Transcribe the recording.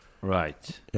Right